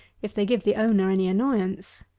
if they give the owner any annoyance.